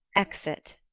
exit